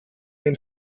dem